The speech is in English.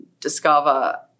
discover